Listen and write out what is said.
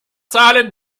zahlen